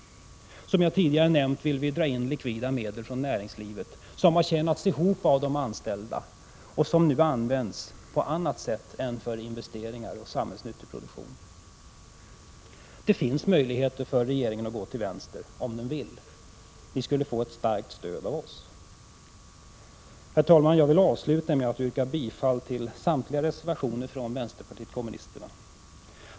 Som jag tidigare nämnt vill vi dra in likvida medel från näringslivet, medel som har tjänats ihop av de anställda och som nu används på annat sätt än för investeringar och samhällsnyttig produktion. Det finns möjligheter för regeringen att gå till vänster om den vill. Ni skulle få ett starkt stöd av oss. Herr talman! Jag vill avslutningsvis yrka bifall till samtliga reservationer från vänsterpartiet kommunisterna.